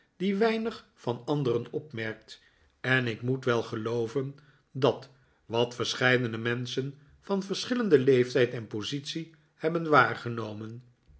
die weinig van anderen opmerkt en ik moet wel gelooven dat wat verscheidene menschen van verschillenden leeftijden positie hebben waargenomen